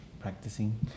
practicing